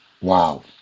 Wow